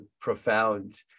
profound